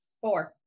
four